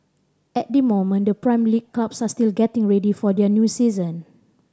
at the moment the Prime League clubs are still getting ready for their new season